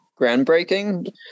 groundbreaking